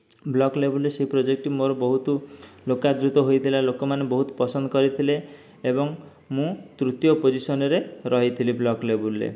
block ଲେବୁଲରେ ସେହି ପ୍ରୋଜେକ୍ଟଟି ମୋର ବହୁତ ଲୋକାର୍ଜିତ ହୋଇଥିଲା ଲୋକମାନେ ବହୁତ ପସନ୍ଦ କରିଥିଲେ ଏବଂ ମୁଁ ତୃତୀୟ ପୋଜିସନରେ ରହିଥିଲି ବ୍ଲକ୍ ଲେବଲରେ